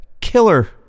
killer